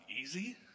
easy